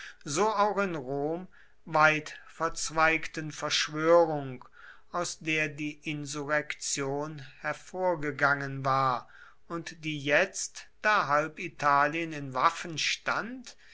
so auch in rom weitverzweigten verschwörung aus der die insurrektion hervorgegangen war und die jetzt da halb italien in waffen stand